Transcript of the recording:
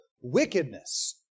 wickedness